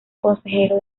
consejero